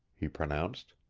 he pronounced.